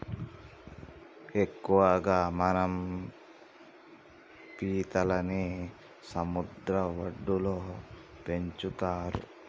ఎక్కువగా మనం పీతలని సముద్ర వడ్డులో పెంచుతరు